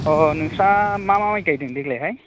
औ औ नोंस्रा मा मा माइ गायदों देग्लायहाय